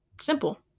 simple